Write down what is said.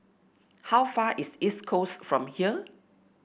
how far away is East Coast from here